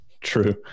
True